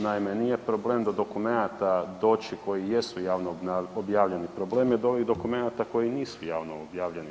Naime, nije problem do dokumenata doći koji jesu javno objavljeni, problem je do ovih dokumenata koji nisu javno objavljeni.